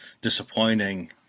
disappointing